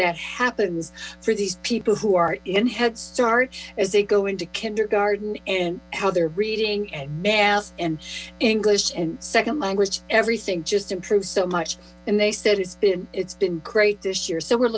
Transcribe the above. that happens for these people who are in head start as they go into kindergarden and how they're reading and math and english and second language everything just improved so much and they said it's been it's been great this year so we're